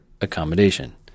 accommodation